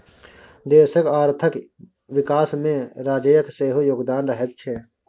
देशक आर्थिक विकासमे राज्यक सेहो योगदान रहैत छै